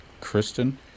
Kristen